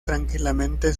tranquilamente